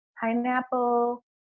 Pineapple